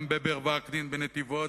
גם בבר וקנין בנתיבות,